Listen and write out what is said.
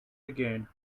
again